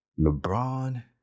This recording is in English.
LeBron